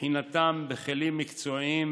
בחינתם בכלים מקצועיים,